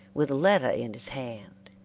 with a letter in his hand.